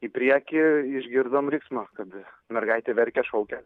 į priekį išgirdom riksmą gabi mergaitė verkia šaukia